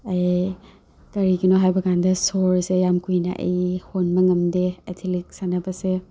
ꯑꯩ ꯀꯔꯤꯒꯤꯅꯣ ꯍꯥꯏꯕꯀꯥꯟꯗ ꯁꯣꯔꯁꯦ ꯌꯥꯝꯀꯨꯏꯅ ꯑꯩ ꯍꯣꯟꯕ ꯉꯝꯗꯦ ꯑꯦꯊꯂꯤꯛꯁ ꯁꯥꯟꯅꯕꯁꯦ